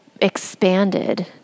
expanded